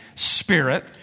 Spirit